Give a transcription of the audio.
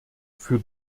für